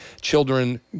children